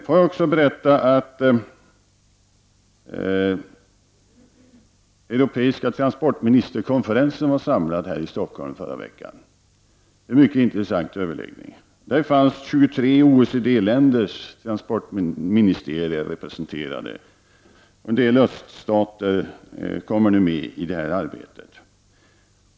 Får jag också berätta att europeiska transportministerkonferensen var samlad här i Stockholm förra veckan. Vi hade en mycket intressant överläggning. Där fanns 23 OECD-länders transportministerier representerade. En del öststater kommer nu med i detta arbete.